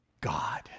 God